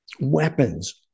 weapons